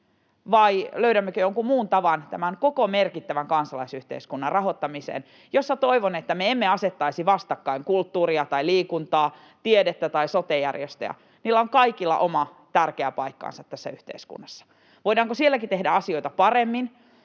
vai löydämmekö jonkun muun tavan tämän koko merkittävän kansalaisyhteiskunnan rahoittamiseen, jossa toivon, että me emme asettaisi vastakkain kulttuuria ja liikuntaa, tiedettä ja sote-järjestöjä. Niillä on kaikilla oma tärkeä paikkansa tässä yhteiskunnassa. Voidaanko sielläkin tehdä asioita paremmin?